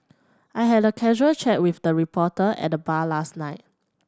I had a casual chat with a reporter at the bar last night